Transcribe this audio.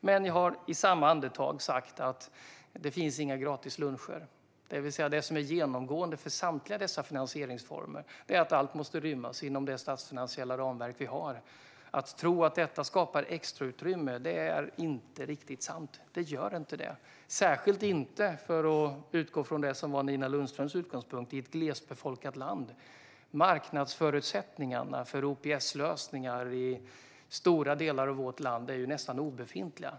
Men jag har i samma andetag sagt att "det finns inga gratisluncher", det vill säga att det som är genomgående för samtliga dessa finansieringsformer är att allt måste rymmas inom det statsfinansiella ramverk vi har. Att detta skapar extrautrymme är inte riktigt sant. Det gör inte det - särskilt inte, för att utgå från Nina Lundströms utgångspunkt, i ett glesbefolkat land. Marknadsförutsättningarna för OPS-lösningar i stora delar av vårt land är ju nästan obefintliga.